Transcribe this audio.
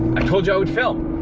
i told you i would film!